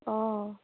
অঁ